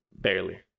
Barely